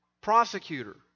prosecutor